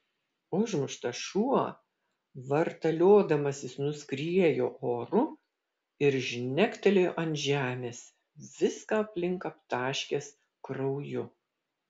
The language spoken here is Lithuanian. užmuštas šuo vartaliodamasis nuskriejo oru ir žnektelėjo ant žemės viską aplink aptaškęs krauju